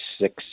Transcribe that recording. six